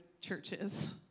churches